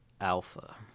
Alpha